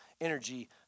energy